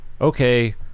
okay